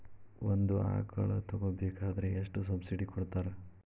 ಒಂದು ಆಕಳ ತಗೋಬೇಕಾದ್ರೆ ಎಷ್ಟು ಸಬ್ಸಿಡಿ ಕೊಡ್ತಾರ್?